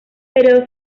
periodo